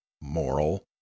moral